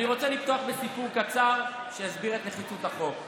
אני רוצה לפתוח בסיפור קצר שיסביר את נחיצות החוק.